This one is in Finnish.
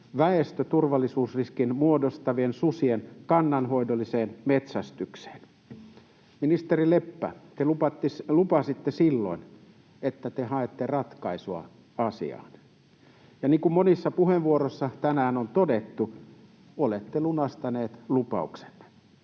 väestöturvallisuusriskin muodostavien susien kannanhoidolliseen metsästykseen. Ministeri Leppä, te lupasitte silloin, että te haette ratkaisua asiaan, ja niin kuin monissa puheenvuoroissa tänään on todettu, olette lunastaneet lupauksenne.